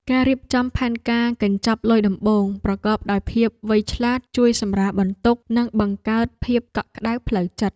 ការរៀបចំផែនការកញ្ចប់លុយដំបូងប្រកបដោយភាពវៃឆ្លាតជួយសម្រាលបន្ទុកនិងបង្កើតភាពកក់ក្ដៅផ្លូវចិត្ត។